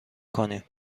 کنیم